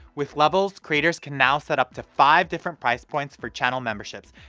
with levels, creators can now set up to five different price points for channel memberships,